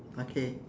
okay